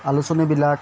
আলোচনীবিলাক